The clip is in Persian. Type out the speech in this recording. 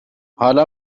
حالا